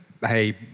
hey